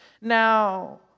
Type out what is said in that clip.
Now